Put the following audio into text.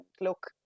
look